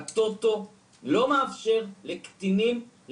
הטוטו לא מאפשר לקטינים,